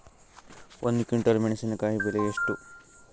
ಒಂದು ಕ್ವಿಂಟಾಲ್ ಮೆಣಸಿನಕಾಯಿ ಬೆಲೆ ಎಷ್ಟು?